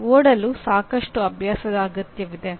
ಓಡಲು ಸಾಕಷ್ಟು ಅಭ್ಯಾಸದ ಅಗತ್ಯವಿದೆ